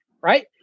right